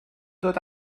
dod